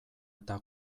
eta